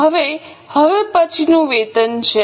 હવે હવે પછીનું વેતન છે